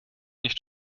nicht